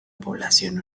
población